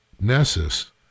Nessus